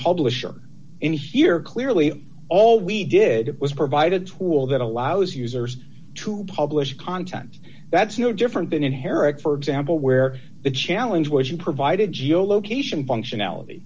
publisher in here clearly all we did was provided tool that allows users to publish content that's no different than inherit for example where the challenge was you provided geo location functionality